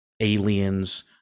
aliens